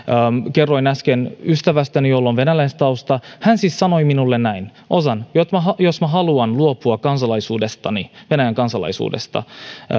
kerroin äsken ystävästäni jolla on venäläistausta hän sanoi minulle näin ozan jos minä haluan luopua kansalaisuudestani venäjän kansalaisuudesta